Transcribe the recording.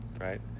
right